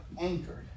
anchored